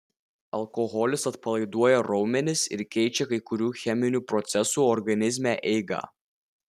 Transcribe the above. alkoholis atpalaiduoja raumenis ir keičia kai kurių cheminių procesų organizme eigą